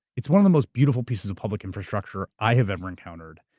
it's one of the most beautiful pieces of public infrastructure i have ever encountered.